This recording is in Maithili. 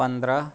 पन्द्रह